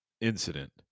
incident